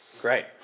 great